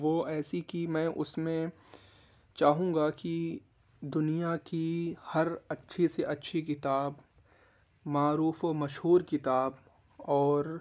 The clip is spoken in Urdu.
وہ ایسی کہ میں اس میں چاہوں گا کہ دنیا کی ہر اچھے سے اچھی کتاب معروف و مشہور کتاب اور